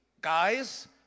guys